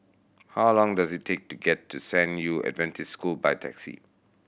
how long does it take to get to San Yu Adventist School by taxi